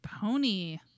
Pony